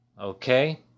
okay